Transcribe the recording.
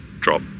drop